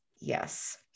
yes